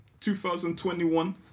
2021